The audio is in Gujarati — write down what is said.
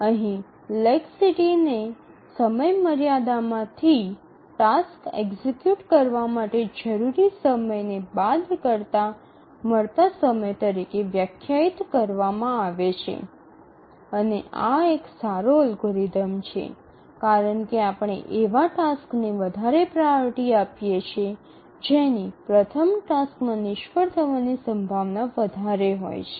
અહીં લેકસીટી ને સમયમર્યાદા માંથી ટાસ્ક એક્ઝિક્યુટ કરવા માટે જરૂરી સમય ને બાદ કરતાં મળતા સમય તરીકે વ્યાખ્યાયિત કરવામાં આવે છે અને આ એક સારો અલ્ગોરિધમ છે કારણ કે આપણે એવા ટાસ્ક ને વધારે પ્રાઓરિટી આપીએ છીએ જેની પ્રથમ ટાસ્કમાં નિષ્ફળ થવાની સંભાવના વધારે હોય છે